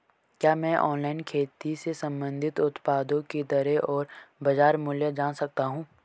क्या मैं ऑनलाइन खेती से संबंधित उत्पादों की दरें और बाज़ार मूल्य जान सकता हूँ?